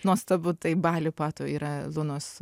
nuostabu tai bali pato yra lunos